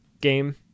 game